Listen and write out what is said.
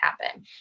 happen